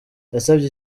yasavye